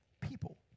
People